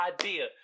idea